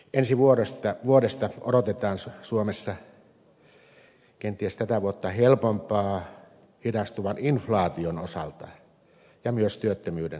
ensi vuodesta odotetaan suomessa kenties tätä vuotta helpompaa hidastuvan inflaation ja myös työttömyyden vähentymisen myötä